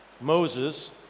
Moses